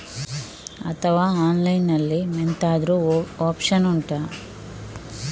ಅಥವಾ ಆನ್ಲೈನ್ ಅಲ್ಲಿ ಎಂತಾದ್ರೂ ಒಪ್ಶನ್ ಉಂಟಾ